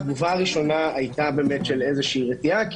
התגובה הראשונה הייתה של איזו רתיעה כי